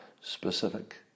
specific